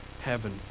heaven